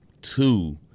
two